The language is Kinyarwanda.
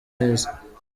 neza